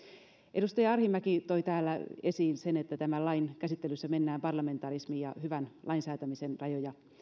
edustaja arhinmäki toi täällä esiin sen että tämän lain käsittelyssä mennään parlamentarismin ja hyvän lainsäätämisen rajoja